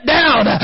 down